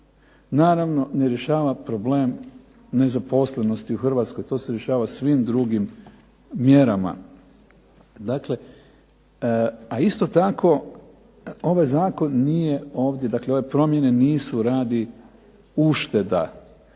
naravno ne rješava problem nezaposlenosti u HRvatskoj, to se rješava svim drugim mjerama. Dakle, a isto tako ovaj zakon nije ovdje dakle ove promjene nisu radi ušteda.